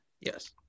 Yes